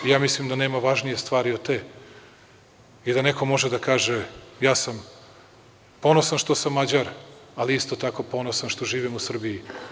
Mislim da nema važnije stvari od te i da neko može da kaže – ja sam ponosan što sam Mađar, ali isto tako ponosan što živim u Srbiji.